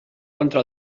contra